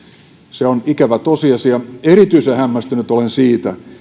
se on ikävä tosiasia erityisen hämmästynyt olen siitä